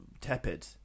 tepid